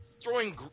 throwing